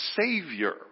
Savior